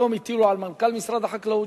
היום הטילו על מנכ"ל משרד החקלאות,